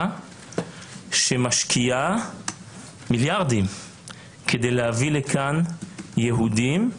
שמשקיעה מיליארדים כדי להביא לכאן יהודים.